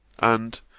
and,